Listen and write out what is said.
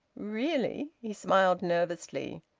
really! he smiled nervously.